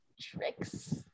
Tricks